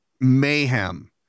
mayhem